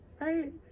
right